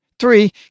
Three